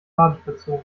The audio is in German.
ladestation